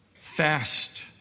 Fast